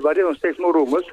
varėnos teismų rūmus